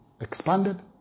expanded